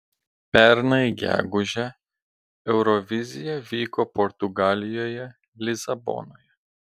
pernai gegužę eurovizija vyko portugalijoje lisabonoje